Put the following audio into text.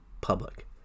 public